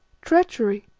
treachery!